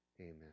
Amen